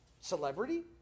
Celebrity